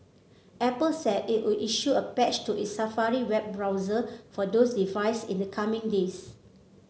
Apple said it would issue a patch to its Safari web browser for those device in the coming days